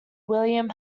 william